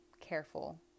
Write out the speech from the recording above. careful